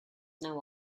know